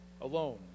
alone